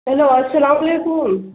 hello السلام علیکم